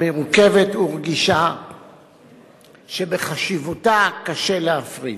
מורכבת ורגישה שבחשיבותה קשה להפריז,